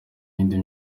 yindi